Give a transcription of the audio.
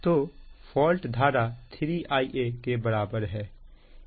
तो फॉल्ट धारा 3 Ia के बराबर है